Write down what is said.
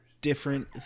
different